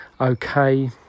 okay